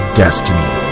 destiny